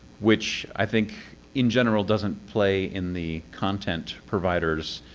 which i think in general doesn't play in the content provider's